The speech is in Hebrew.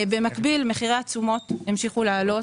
במקביל, מחירי התשומות המשיכו לעלות.